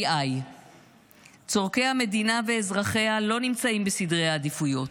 AI. צורכי המדינה ואזרחיה לא נמצאים בסדרי העדיפויות,